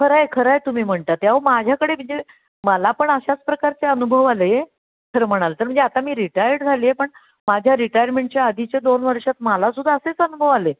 खरं आहे खरं आहे तुम्ही म्हणता ते अहो माझ्याकडे म्हणजे मला पण अशाच प्रकारचे अनुभव आले खरं म्हणाल तर म्हणजे आता मी रिटायर्ड झाली आहे पण माझ्या रिटायरमेंटच्या आधीच्या दोन वर्षात मला सुद्धा असेच अनुभव आले